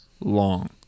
long